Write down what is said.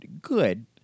good